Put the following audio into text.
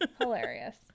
hilarious